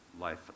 life